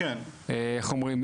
איך אומרים,